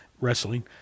Wrestling